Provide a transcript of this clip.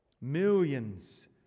millions